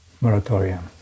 moratorium